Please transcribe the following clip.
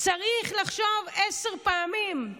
צריך לחשוב עשר פעמים.